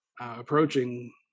approaching